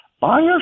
buyers